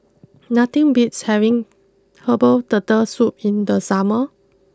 nothing beats having Herbal Turtle Soup in the summer